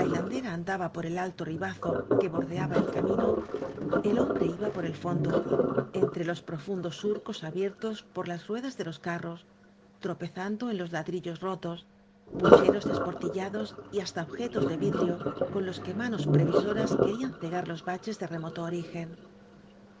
andaba por el alto ribazo que bordeaba el camino el hombre iba por el fondo entre los profundos surcos abiertos por las ruedas de los carros tropezando en los ladrillos rotos pucheros desportillados y hasta objetos de vidrio con los que manos previsoras querían cegar los baches de remoto origen